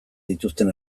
dituzten